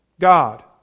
God